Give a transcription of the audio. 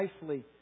nicely